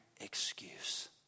excuse